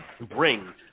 bring